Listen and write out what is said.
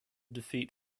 defeat